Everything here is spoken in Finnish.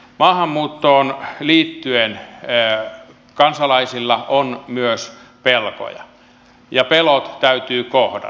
maahanmuuttoon liittyen kansalaisilla on myös pelkoja ja pelot täytyy kohdata